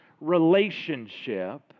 relationship